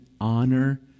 honor